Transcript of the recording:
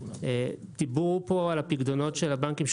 דיברו פה על הפיקדונות של הבנקים,